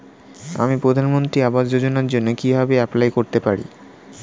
আমি প্রধানমন্ত্রী আবাস যোজনার জন্য কিভাবে এপ্লাই করতে পারি?